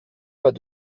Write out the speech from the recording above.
pas